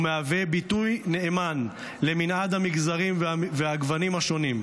והוא מהווה ביטוי נאמן למנעד המגורים והגוונים השונים.